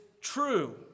true